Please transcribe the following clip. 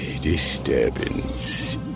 disturbance